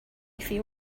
feel